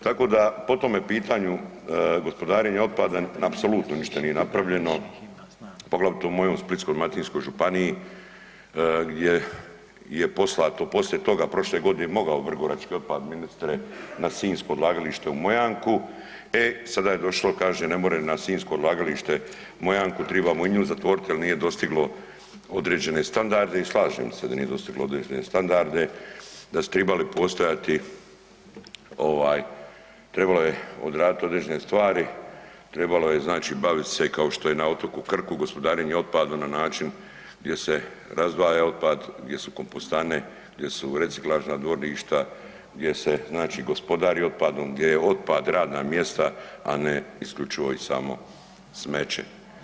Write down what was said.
Tako da po tome pitanju gospodarenja otpadom apsolutno ništa nije napravljeno poglavito u mojoj Splitsko-dalmatinskoj županiji gdje je poslato poslije toga prošle godine mogao vrgorački otpad ministre na sinjsko odlagalište u Mojanku, e sada je došlo kaže ne more na sinjsko odlagalište Mojanku tribamo i nju zatvoriti jer nije dostiglo određene standarde i slažem se da nije dostiglo određene standarde da su tribali postojati ovaj trebalo je odraditi određene stvari, trebalo je znači bavit se kao što je na otoku Krku gospodarenje otpadom na način gdje se razdvaja otpad, gdje su kompostane, gdje su reciklažna dvorišta, gdje se znači gospodari otpadom, gdje je otpad radna mjesta, a ne isključivo i samo smeće.